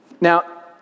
Now